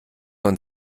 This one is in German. und